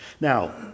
Now